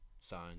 sign